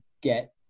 get